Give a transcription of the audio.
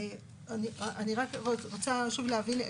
אני רק רוצה להבין,